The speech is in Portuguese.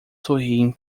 sorriem